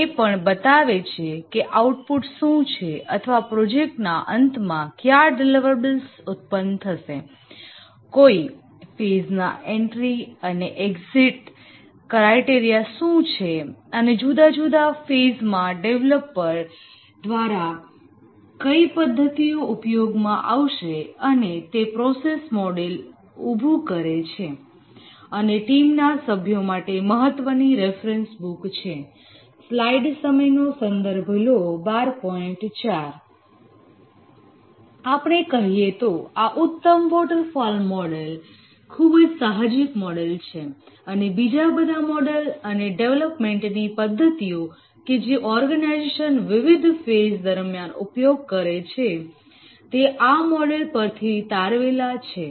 તે એ પણ બતાવે છે કે આઉટપુટ શું છે અથવા પ્રોજેક્ટના અંતમાં ક્યા ડિલિવરીબલ્સ ઉત્પન્ન થશે કોઈ ફેઝના એન્ટ્રી અને એક્ઝિટ ક્રાઈટેરિયા શું છે અને જુદા જુદા ફેસમાં ડેવલપર દ્વારા કઈ પદ્ધતિઓ ઉપયોગમાં આવશે અને તે પ્રોસેસ મોડલ ઉભૂ કરે છે અને ટીમના સભ્યો માટે મહત્વની રેફરન્સ બુક છે આપણે કહીએ તો આ ઉત્તમ વોટરફોલ મોડલ ખુબ જ સાહજિક મોડલ છે અને બીજા બધા મોડલ અને ડેવલપમેન્ટની પદ્ધતિઓ કે જે ઓર્ગેનાઇઝેશન વિવિધ ફેઝ દરમિયાન ઉપયોગ કરે છે તે આ મોડલ પરથી તારવેલા છે